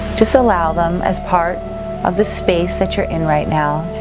just allow them as part of the space that you're in right now.